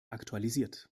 aktualisiert